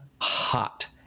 hot